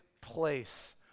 place